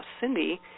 Cindy